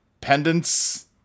pendants